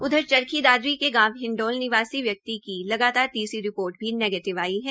उधर चरखी दादरी के गांव निवासी व्यक्ति की लगातार तीसरी रिपोर्ट भी नेगीटिव आई है